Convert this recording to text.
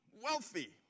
wealthy